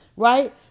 right